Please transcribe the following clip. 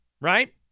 right